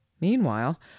Meanwhile